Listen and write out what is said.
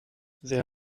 there